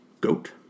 goat